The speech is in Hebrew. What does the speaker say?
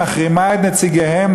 מחרימה את נציגיהם,